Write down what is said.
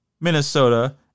Minnesota